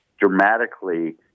dramatically